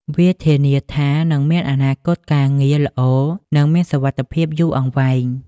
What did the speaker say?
វាធានាថានឹងមានអនាគតការងារល្អនិងមានសុវត្ថិភាពយូរអង្វែង។